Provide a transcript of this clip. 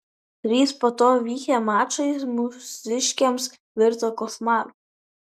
trys po to vykę mačai mūsiškiams virto košmaru